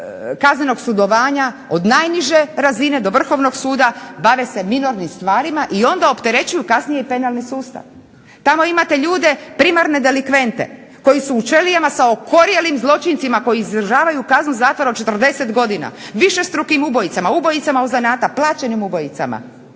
kaznenog sudovanja od najniže razine do vrhovnog suda bave se minornim stvarima i onda opterećuju kasnije penalni sustav. Tamo imate ljude, primarne delikvente koji su u ćelijama sa okorjelim zločincima koji izdržavaju kaznu zatvora od 40 godina, višestrukim ubojicama, ubojicama od zanata, plaćenim ubojicama,